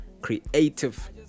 creative